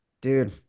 Dude